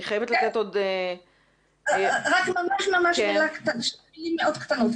אני חייבת לתת עוד --- רק ממש שתי מילים מאוד קטנות.